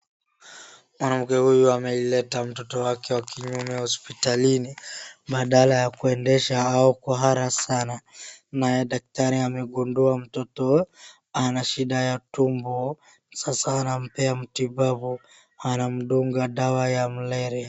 Mwanamke huyu ameleta mtoto wake wa kiume hospitalini, badala ya kuendesha au kuhara sana. Naye daktari amegundua mtoto ana shida ya tumbo. Sasa anampea mtibabu. Anamdunga dawa ya mlele.